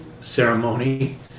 ceremony